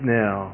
now